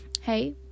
Hey